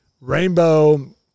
Rainbow